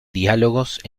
diálogos